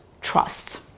trust